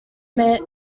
met